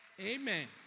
Amen